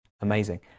amazing